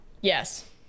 Yes